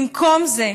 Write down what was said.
במקום זה,